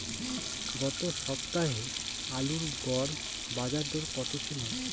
গত সপ্তাহে আলুর গড় বাজারদর কত ছিল?